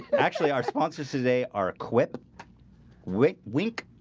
actually our sponsors today are equipped rick weak